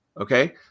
Okay